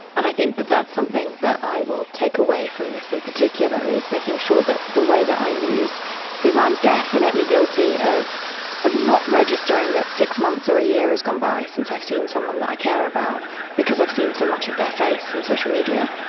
and i think that that's something that i will take away from this in particular is making sure that the way that i use because i'm definitely guilty of of not registering that six months or a year has gone by since i've seen someone that i care about because i've seen so much of their face and social media,